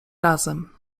razem